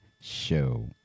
show